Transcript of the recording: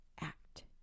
act